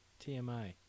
TMI